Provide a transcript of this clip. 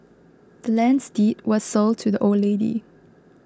the land's deed was sold to the old lady